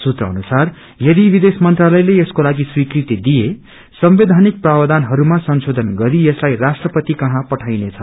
सुत्र अनुसार यदि विदेश मंत्रालयले यसको लागि स्वीकृति दिए संवैधानि प्रावधानहरूमा संशोधन गरी यसलाईराष्ट्रपति कहाँ पठाईनेछ